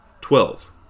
Twelve